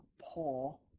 Paul